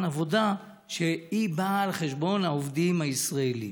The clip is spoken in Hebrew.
עבודה שבאה על חשבון העובדים הישראליים.